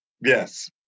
Yes